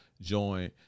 Join